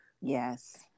Yes